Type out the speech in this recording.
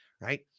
right